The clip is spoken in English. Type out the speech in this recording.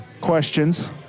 questions